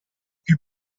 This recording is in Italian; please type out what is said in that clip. più